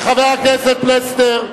חבר הכנסת פלסנר,